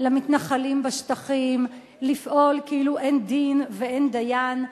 למתנחלים בשטחים לפעול כאילו אין דין ואין דיין.